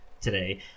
today